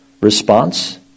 response